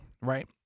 right